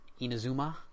Inazuma